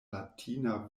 latina